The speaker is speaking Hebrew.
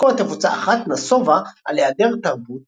ביקורת נפוצה אחת נסובה על היעדר תרבות